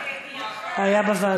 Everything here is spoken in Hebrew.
זה היה בוועדות.